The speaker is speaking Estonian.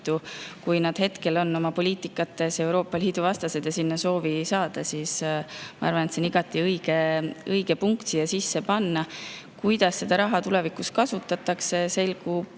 Kui nad on hetkel oma poliitikas Euroopa Liidu vastased ja ei soovi sinna saada, siis ma arvan, et on igati õige see punkt siia sisse panna. Kuidas seda raha tulevikus kasutatakse, selgub